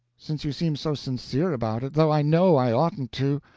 since you seem so sincere about it, though i know i oughtn't to.